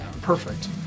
Perfect